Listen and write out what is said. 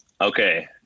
Okay